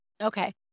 Okay